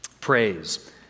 Praise